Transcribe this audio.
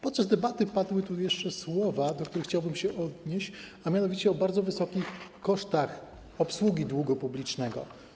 Podczas debaty padły tu jeszcze słowa, do których chciałbym się odnieść, a mianowicie słowa o bardzo wysokich kosztach obsługi długu publicznego.